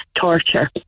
torture